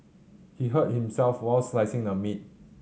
he hurt himself while slicing the meat